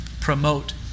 promote